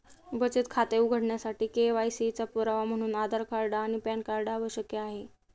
बचत खाते उघडण्यासाठी के.वाय.सी चा पुरावा म्हणून आधार आणि पॅन कार्ड आवश्यक आहे